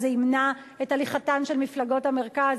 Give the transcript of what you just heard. אז זה ימנע את הליכתן של מפלגות המרכז,